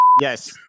Yes